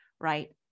Right